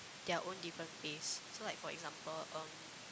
their own different pace so like for example um